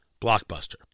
blockbuster